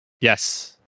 yes